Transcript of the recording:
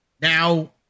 Now